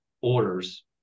orders